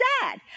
sad